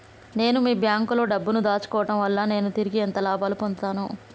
నేను మీ బ్యాంకులో డబ్బు ను దాచుకోవటం వల్ల నేను తిరిగి ఎంత లాభాలు పొందుతాను?